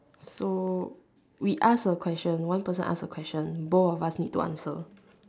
so we ask a question one person ask a question both of us need to answer